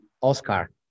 Oscar